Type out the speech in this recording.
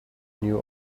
knew